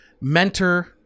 mentor